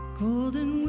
Golden